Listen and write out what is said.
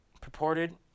purported